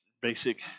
basic